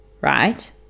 right